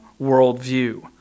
worldview